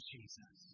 Jesus